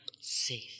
safe